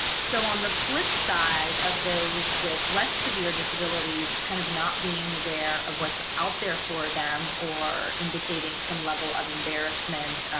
so on the flip side of those with less severe disabilities kind of not being aware of what's out there for them or indicating some level of embarrassment,